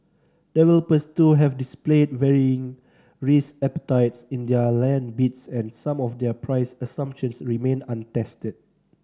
developers too have displayed varying risk appetites in their land bids and some of their price assumptions remain untested